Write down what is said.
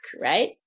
right